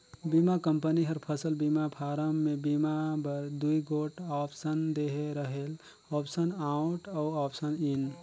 बीमा कंपनी हर फसल बीमा फारम में बीमा बर दूई गोट आप्सन देहे रहेल आप्सन आउट अउ आप्सन इन